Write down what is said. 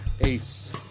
Ace